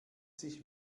sich